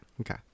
Okay